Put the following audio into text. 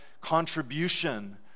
contribution